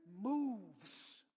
moves